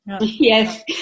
Yes